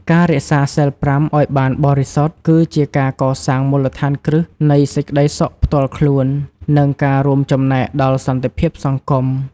ការរក្សាសីល ៥ ឲ្យបានបរិសុទ្ធ គឺជាការកសាងមូលដ្ឋានគ្រឹះនៃសេចក្តីសុខផ្ទាល់ខ្លួន និងការរួមចំណែកដល់សន្តិភាពសង្គម។